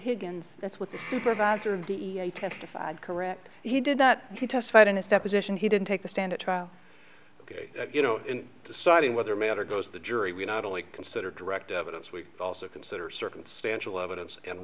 higgins that's what the supervisor of the testified correct he did that he testified in his deposition he didn't take the stand at trial but you know in deciding whether matter goes to the jury we not only consider direct evidence we also consider circumstantial evidence and